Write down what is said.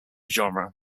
genre